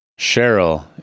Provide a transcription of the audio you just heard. Cheryl